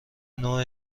نوع